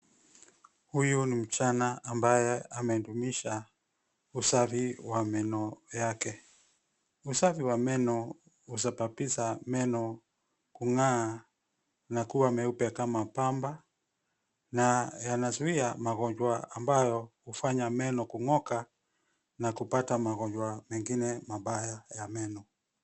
Huyu ni msichana ambaye amedumisha usafi wa meno yake. Usafi wa meno husababisha meno kung'aa na kuwa meupe kama pamba na yanazuia magonjwa ambayo hufanya meno kung'oka na kupata magonjwa mengine mabaya ya meno.